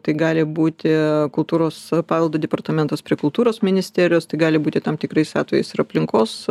tai gali būti kultūros paveldo departamentas prie kultūros ministerijos tai gali būti tam tikrais atvejais ir aplinkos